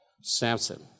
Samson